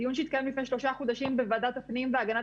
בדיון שהתקיים לפני שלושה חודשים בוועדת הפנים והגנת